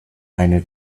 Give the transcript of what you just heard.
eine